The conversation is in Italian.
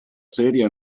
serie